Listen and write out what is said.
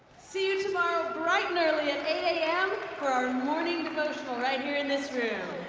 see you tomorrow bright and early at eight am for our morning devotional right here in this room.